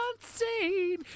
unseen